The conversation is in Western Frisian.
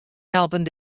helpen